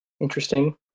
interesting